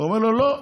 הוא אומר לו: לא,